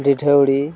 ᱰᱤᱰᱷᱟᱹᱣᱲᱤ